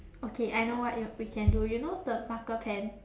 okay I know what you we can do you know the marker pen